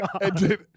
God